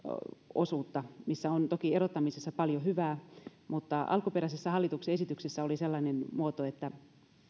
osuutta erottamisessa on toki paljon hyvää mutta alkuperäisessä hallituksen esityksessä oli sellainen muoto että